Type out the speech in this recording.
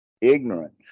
ignorance